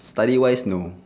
study wise no